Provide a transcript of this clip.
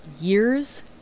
years